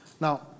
Now